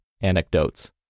anecdotes